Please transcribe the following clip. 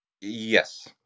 Yes